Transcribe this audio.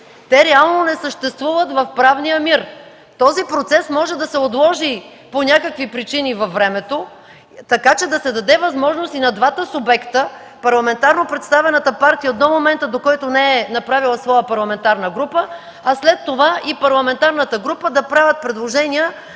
реално не съществуват в правния мир. Този процес може да се отложи по някакви причини във времето, така че да се даде възможност на двата субекта – парламентарно представената партия до момента, до който не е направила своя парламентарна група, а след това и парламентарната група да правят предложения